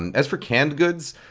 and as for canned goods,